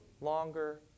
longer